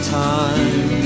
time